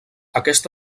aquest